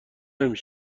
نمی